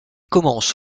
commence